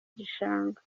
gishanga